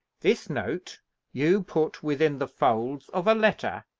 this note you put within the folds of a letter,